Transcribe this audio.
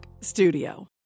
Studio